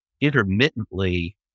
intermittently